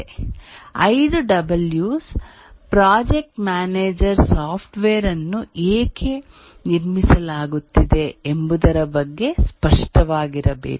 5 Ws project manager software ಅನ್ನು ಏಕೆ ನಿರ್ಮಿಸಲಾಗುತ್ತಿದೆ ಎಂಬುದರ ಬಗ್ಗೆ ಸ್ಪಷ್ಟವಾಗಿರಬೇಕು